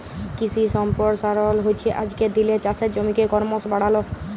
কিশি সম্পরসারল হচ্যে আজকের দিলের চাষের জমিকে করমশ বাড়াল